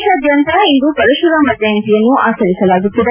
ದೇಶಾದ್ಯಂತ ಇಂದು ಪರಶುರಾಮ ಜಯಂತಿಯನ್ನು ಆಚರಿಸಲಾಗುತ್ತಿದೆ